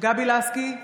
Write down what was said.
גבי לסקי,